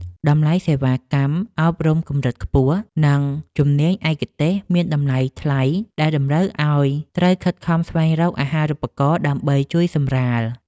តម្លៃសេវាកម្មអប់រំកម្រិតខ្ពស់ និងជំនាញឯកទេសមានតម្លៃថ្លៃដែលតម្រូវឱ្យនិស្សិតត្រូវខិតខំស្វែងរកអាហារូបករណ៍ដើម្បីជួយសម្រាល។